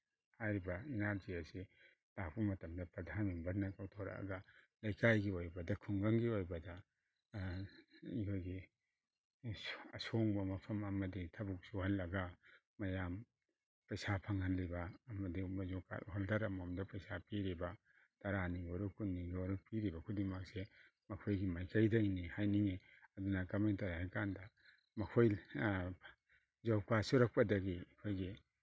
ꯍꯥꯏꯔꯤꯕ N R G S ꯂꯥꯛꯄ ꯃꯇꯝꯗ ꯄ꯭ꯔꯙꯥꯟ ꯃꯦꯝꯕꯔ ꯂꯧꯊꯣꯔꯛꯑꯒ ꯂꯩꯀꯥꯏꯒꯤ ꯑꯣꯏꯕꯗ ꯈꯨꯡꯒꯪꯒꯤ ꯑꯣꯏꯕꯗ ꯑꯩꯈꯣꯏꯒꯤ ꯑꯁꯣꯡꯕ ꯃꯐꯝ ꯑꯃꯗꯒꯤ ꯊꯕꯛ ꯁꯨꯍꯜꯂꯒ ꯃꯌꯥꯝ ꯄꯩꯁꯥ ꯐꯪꯍꯜꯂꯤꯕ ꯑꯃꯗꯤ ꯖꯣꯕ ꯍꯣꯜꯗꯔ ꯑꯃꯃꯝꯗ ꯄꯩꯁꯥ ꯄꯤꯔꯤꯕ ꯇꯔꯥꯅꯤ ꯑꯣꯏꯔꯣ ꯀꯨꯟꯅꯤꯒꯤ ꯑꯣꯏꯔꯣ ꯄꯤꯔꯤꯕ ꯈꯨꯗꯤꯡꯃꯛꯁꯦ ꯃꯈꯣꯏꯒꯤ ꯃꯥꯏꯀꯩꯗꯩꯅꯤ ꯍꯥꯏꯅꯤꯡꯉꯦ ꯑꯗꯨꯅ ꯀꯃꯥꯏꯅ ꯇꯧꯋꯦ ꯍꯥꯏ ꯀꯥꯟꯗ ꯖꯣꯕ ꯀꯥꯔꯠ ꯁꯨꯔꯛꯄꯗꯒꯤ ꯑꯩꯈꯣꯏꯒꯤ